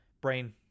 Brain